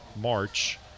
March